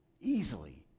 easily